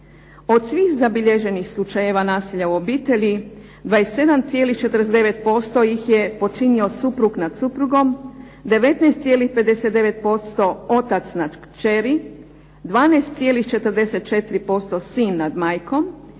Od svih zabilježenih slučajeva nasilja u obitelji 27,49% ih je počinio suprug nad suprugom, 19,59% otac nad kćeri, 12,44% sin nad majkom